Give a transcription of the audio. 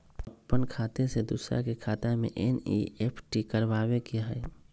अपन खाते से दूसरा के खाता में एन.ई.एफ.टी करवावे के हई?